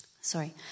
Sorry